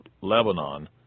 Lebanon